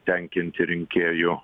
tenkinti rinkėjų